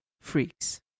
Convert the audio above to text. freaks